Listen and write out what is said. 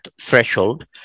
threshold